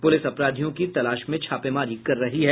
police अपराधियों की तलाश में छापेमारी कर रही है